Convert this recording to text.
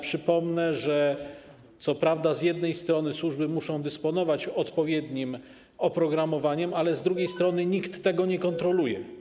Przypomnę, że co prawda z jednej strony służby muszą dysponować odpowiednim oprogramowaniem, ale z drugiej strony nikt tego nie kontroluje.